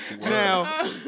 Now